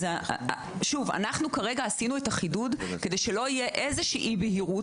שוב, עשינו את החידוד כדי שלא תהיה אי-בהירות.